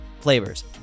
flavors